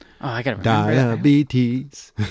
Diabetes